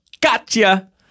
Gotcha